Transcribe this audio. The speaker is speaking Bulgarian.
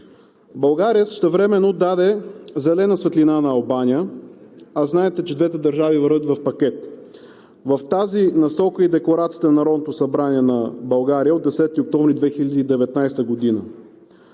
България същевременно даде зелена светлина на Албания, а знаете, че двете държави вървят в пакет. В тази насока е и Декларацията на Народното събрание на България от 10 октомври 2019 г.